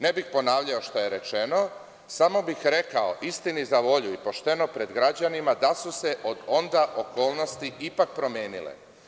Ne bih ponavljao šta je rečeno, samo bih rekao pošteno pred građanima da su se od onda okolnosti ipak promenile.